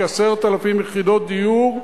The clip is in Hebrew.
כ-10,000 יחידות דיור,